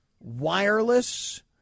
wireless